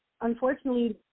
unfortunately